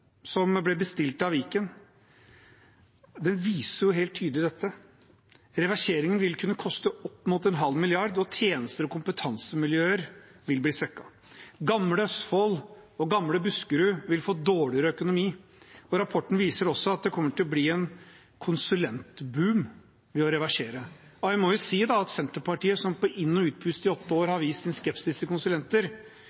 som ble bestilt av Viken, viser helt tydelig dette. Reverseringen vil kunne koste opp mot en halv milliard kroner, og tjenester og kompetansemiljøer vil bli svekket. Gamle Østfold og gamle Buskerud vil få dårligere økonomi, og rapporten viser også at det kommer til å bli en konsulentboom ved å reversere. Jeg må si at Senterpartiet, som på inn- og utpust i åtte år